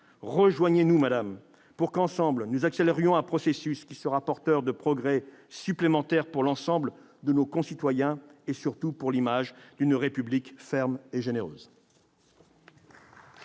rejoignez-nous pour qu'ensemble nous accélérions un processus qui sera porteur de progrès supplémentaires pour tous nos concitoyens et donnera l'image d'une République ferme et généreuse.